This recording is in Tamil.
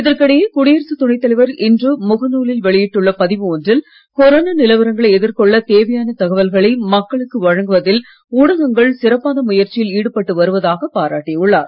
இதற்கிடையே குடியரசு துணை தலைவர் இன்ற முகநூலில் வெளியிட்டுள்ள பதிவு ஒன்றில் கொரோனா நிலவரங்களை எதிர்கொள்ளத் தேவையான தகவல்களை மக்களுக்கு வழங்குவதில் ஊடகங்கள் சிறப்பான முயற்சியில் சுடுபட்டு வருவதாக பாராட்டியுள்ளார்